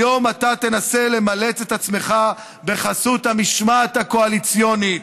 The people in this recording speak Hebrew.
היום אתה תנסה למלט את עצמך בחסות המשמעת הקואליציונית.